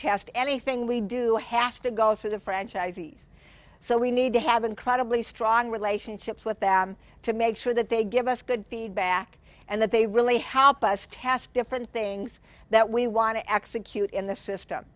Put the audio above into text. test anything we do has to go through the franchisees so we need to have incredibly strong relationships with them to make sure that they give us good feedback and that they really help us tast different things that we want to execute in the system